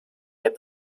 les